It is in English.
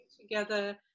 together